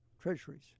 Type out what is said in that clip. treasuries